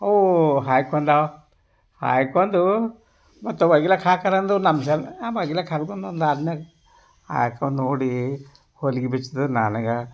ಅವು ಹಾಯ್ಕೊಂಡಾವ ಹಾಯ್ಕೊಂಡು ಮತ್ತು ಒಗಿಲಿಕ್ಕೆ ಹಾಕ್ಯಾರಂದ್ರು ನಮ್ಮ ಜನ ಒಗಿಲಿಕ್ಕೆ ಹಾಕೊದೊಂದು ಆದ ಮೇಲೆ ಹಾಯ್ಕೊಂಡು ನೋಡಿ ಹೊಲಿಗೆ ಬಿಚ್ತು ನನಗೆ